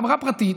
בחברה פרטית,